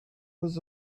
was